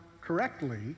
correctly